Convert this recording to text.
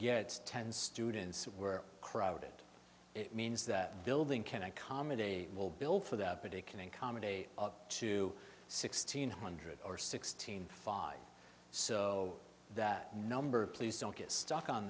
get ten students were crowded it means that building can accommodate will bill for that particular accommodate up to sixteen hundred or sixteen five so that number please don't get stuck on